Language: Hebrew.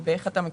והשאלה הכי